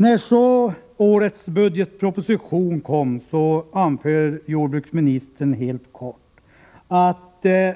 I budgetpropositionen anför jordbruksministern helt kort: